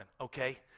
okay